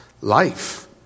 life